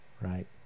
right